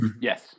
Yes